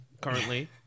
currently